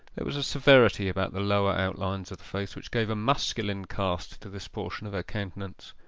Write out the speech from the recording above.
there was a severity about the lower outlines of the face which gave a masculine cast to this portion of her countenance.